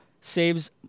saves